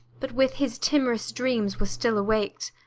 but with his timorous dreams was still awak'd.